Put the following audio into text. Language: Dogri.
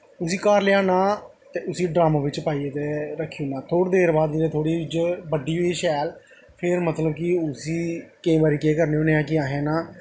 उसी घर लेआना ते उसी ड्रम बिच्च पाइयै ते रक्खी ओड़ना थोह्ड़ी देर बाद जेल्लै थोह्ड़ी बड्डी होई शैल फिर मतलब कि उसी केईं बारी केह् करने होन्ने आं कि असें ना